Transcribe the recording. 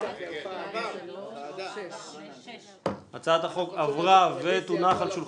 הצבעה בעד אישור הצעת החוק 8 נגד, 6 נמנעים,